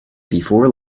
before